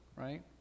right